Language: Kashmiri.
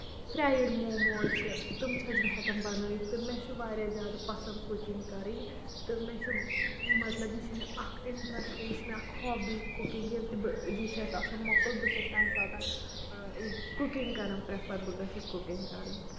فرایِڈ موموز چھِ تٕم چھَس بہٕ ہٮ۪کان بَنٲوِتھ تہٕ مےٚ چھُ واریاہ زیادٕ پَسند کُکِنگ کَرٕنۍ تہٕ مےٚ چھُ مطلب یہِ چھُ مےٚ اکھ اِنٹرَسٹ یہِ چھُ مےٚ اکھ ہوبی کُکِنگ ییٚلہِ تہِ بہٕ یہِ چھَس آسان مۄکُل بہٕ چھَس تَمہِ ساتہٕ کُکِنگ کران پریفر بہٕ گٔژھس کُکِنگ کَرٕنۍ